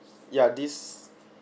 yeah this